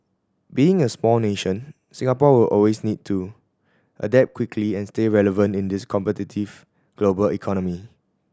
being a small nation Singapore will always need to adapt quickly and stay relevant in this competitive global economy